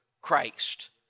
Christ